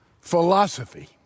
philosophy